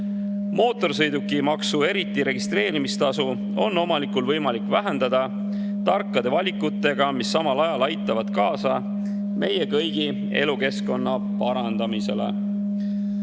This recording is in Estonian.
Mootorsõidukimaksu, eriti registreerimistasu on omanikul võimalik vähendada tarkade valikutega, mis samal ajal aitavad kaasa meie kõigi elukeskkonna parandamisele.